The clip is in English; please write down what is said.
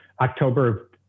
October